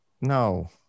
No